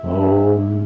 om